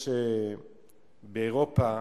שבאירופה